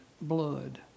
blood